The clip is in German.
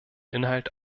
inhalt